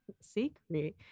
Secret